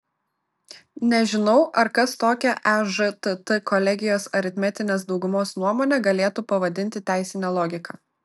nežinau ar kas tokią ežtt kolegijos aritmetinės daugumos nuomonę galėtų pavadinti teisine logika